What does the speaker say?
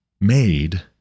made